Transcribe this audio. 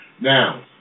Now